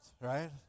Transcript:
right